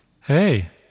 hey